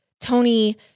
Tony